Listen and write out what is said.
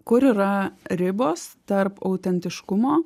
kur yra ribos tarp autentiškumo